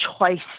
choice